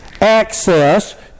access